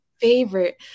favorite